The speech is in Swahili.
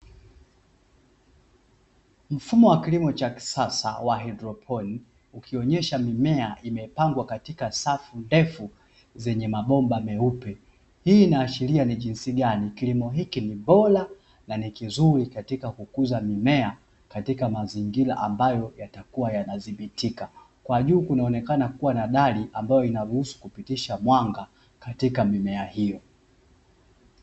Mfumo wa kilimo cha kisasa wa haidroponi ukionyesha mimea imepangwa katika safu ndefu zenye mabomba meupe, hii inaashiria ni jinsi gani kilimo hiki ni bora na ni kizuuri katika kukuza mimea katika mazingira ambayo yatakuwa yanadhibitika, kwa juu kunaonekana kuwa na dari ambayo inaruhusu kupitisha mwanga katika mimea hiyo.